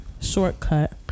shortcut